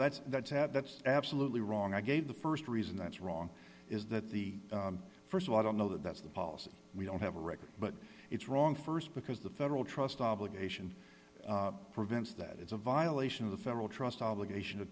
that's that's ad that's absolutely wrong i gave the st reason that's wrong is that the st of all i don't know that that's the policy we don't have a record but it's wrong st because the federal trust obligation prevents that it's a violation of the federal trust obligation to